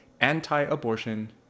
anti-abortion